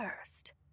first